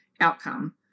outcome